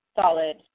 solid